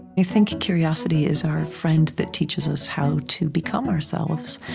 i think curiosity is our friend that teaches us how to become ourselves.